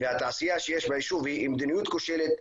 והתעשייה שיש ביישוב היא מדיניות כושלת.